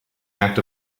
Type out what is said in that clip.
act